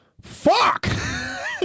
Fuck